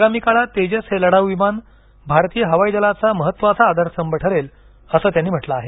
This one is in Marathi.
आगामी काळात तेजस हे लढाऊ विमान भारतीय हवाई दलाचा महत्त्वाचा आधारस्तंभ ठरेल असं त्यांनी म्हटलं आहे